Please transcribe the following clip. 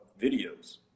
videos